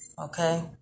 okay